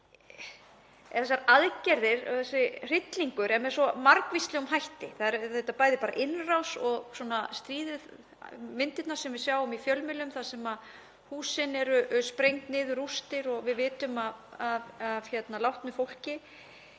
þessar aðgerðir og þessi hryllingur er með svo margvíslegum hætti. Það er auðvitað bæði bara innrás og svona stríðið, myndirnar sem við sjáum í fjölmiðlum þar sem húsin eru sprengd niður í rústir og við vitum af látnu fólki.